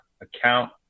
account